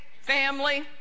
family